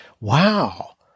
wow